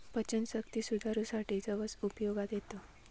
पचनशक्ती सुधारूसाठी जवस उपयोगाक येता